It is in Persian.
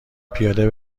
پیاده